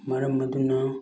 ꯃꯔꯝ ꯑꯗꯨꯅ